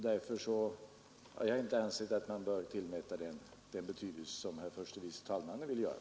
Därför har jag inte ansett, att man bör tillmäta den samma betydelse som herr förste vice talmannen vill göra.